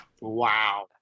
Wow